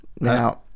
now